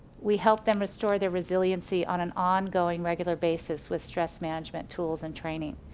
we helped them restore their resiliency on an ongoing regular basis with stress management tools and training.